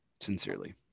sincerely